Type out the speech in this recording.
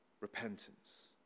repentance